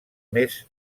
més